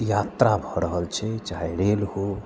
यात्रा भऽ रहल छै चाहे रेल हो